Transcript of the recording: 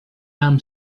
arm